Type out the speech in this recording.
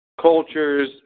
cultures